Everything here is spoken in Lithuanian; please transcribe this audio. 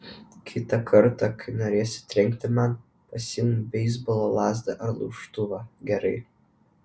kitą kartą kai norėsi trenkti man pasiimk beisbolo lazdą ar laužtuvą gerai